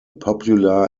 popular